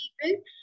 people